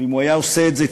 אם הוא היה עושה את זה,